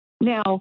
Now